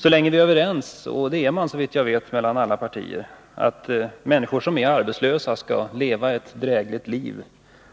Så länge vi är överens om att människor som är arbetslösa skall leva ett drägligt liv